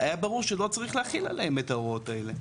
היה ברור שלא צריך להחיל עליהם את ההוראות האלה.